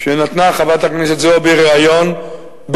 לפני חודשים אחדים נתנה חברת הכנסת זועבי ריאיון בערבית,